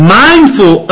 mindful